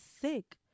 sick